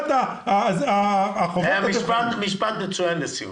משפט מצוין לסיום.